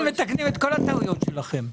אנחנו מתקנים את כל הטעויות שלכם.